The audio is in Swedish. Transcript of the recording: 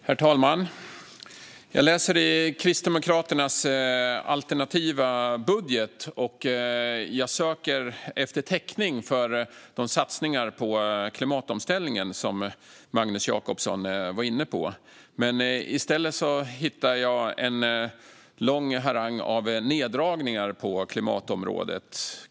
Herr talman! Jag läser i Kristdemokraternas alternativa budget och söker efter täckning för de satsningar på klimatomställningen som Magnus Jacobsson var inne på. I stället hittar jag en lång rad neddragningar på klimatområdet.